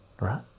Right